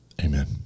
amen